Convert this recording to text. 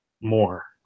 more